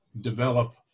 develop